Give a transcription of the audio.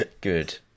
Good